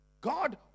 God